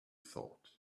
thought